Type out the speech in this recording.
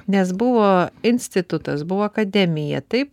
nes buvo institutas buvo akademija taip